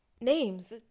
names